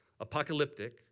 apocalyptic